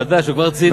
חדש והוא כבר ציני.